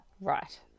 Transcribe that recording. Right